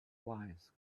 wise